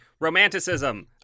romanticism